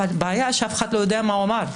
הבעיה שאף אחד לא יודע מה אמר.